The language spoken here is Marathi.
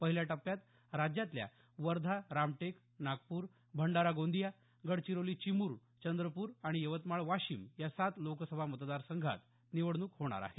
पहिल्या टप्प्यात राज्यातल्या वर्धा रामटेक नागपूर भंडारा गोंदिया गडचिरोली चिमूर चंद्रपूर आणि यवतमाळ वाशिम या सात लोकसभा मतदारसंघांत निवडणूक होणार आहे